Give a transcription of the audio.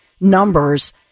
numbers